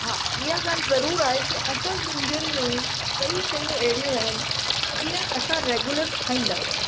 हा ईअं ॻाल्हि ज़रूर आहे की असां सिंधीयुनि में कई शयूं अहिड़ियूं आहिनि जीअं असां रेगुलर खाईंदा आहियूं